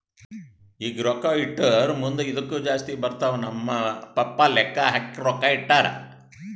ಈಗ ರೊಕ್ಕಾ ಇಟ್ಟುರ್ ಮುಂದ್ ಇದ್ದುಕ್ ಜಾಸ್ತಿ ಬರ್ತಾವ್ ನಮ್ ಪಪ್ಪಾ ಲೆಕ್ಕಾ ಹಾಕಿ ರೊಕ್ಕಾ ಇಟ್ಟಾರ್